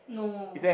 no